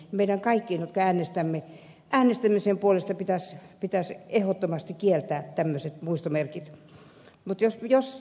meidän kaikkien jotka äänestämme ydinvoiman puolesta pitäisi ehdottomasti kieltää tämmöiset muistomerkit